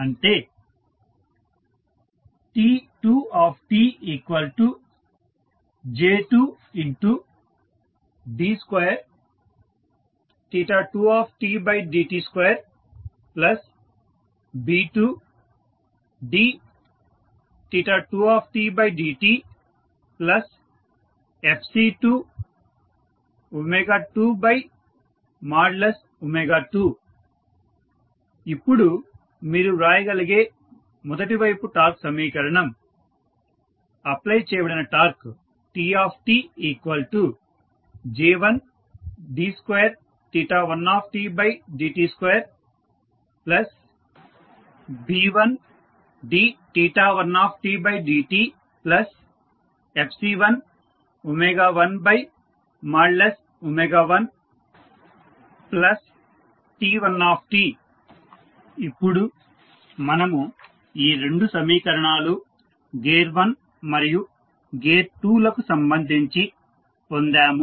అంటే T2tJ2d22dt2B2d2dtFc222 ఇప్పుడు మీరు వ్రాయగలిగే మొదటి వైపు టార్క్ సమీకరణం అప్లై చేయబడిన టార్క్ TtJ1d21TDt2B1d1tdtFC111T1 ఇప్పుడు మనము ఈ 2 సమీకరణాలు గేర్ 1 మరియు గేర్ 2 లకు సంబంధించి పొందాము